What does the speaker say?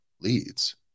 leads